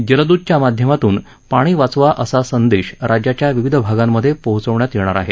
जलद्रतच्या माध्यमातून पाणी वाचवा असा संदेश राज्याच्या विविध भागांमध्ये पोहोचवण्यात येणार हे